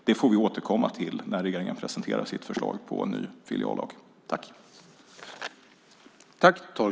Det får vi återkomma till när regeringen presenterar sitt förslag till ny filiallag.